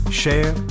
share